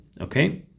okay